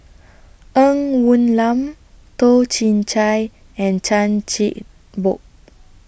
Ng Woon Lam Toh Chin Chye and Chan Chin Bock